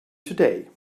today